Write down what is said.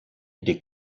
des